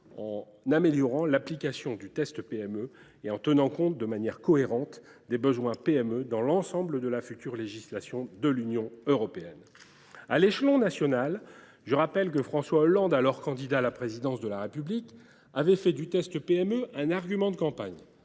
en améliorant l’application du « test PME » et en tenant compte de manière cohérente des besoins des PME dans l’ensemble de la future législation de l’Union européenne. À l’échelon national, je rappelle que François Hollande, alors candidat à la présidence de la République, avait fait du « test PME » un argument de campagne.